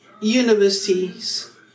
universities